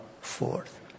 forth